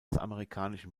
amerikanischen